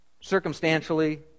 circumstantially